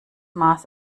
maß